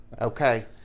Okay